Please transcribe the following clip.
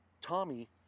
Tommy